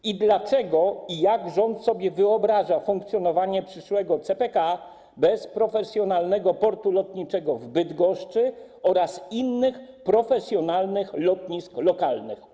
I dlaczego i jak rząd wyobraża sobie funkcjonowanie przyszłego CPK bez profesjonalnego portu lotniczego w Bydgoszczy oraz innych profesjonalnych lotnisk lokalnych?